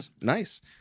Nice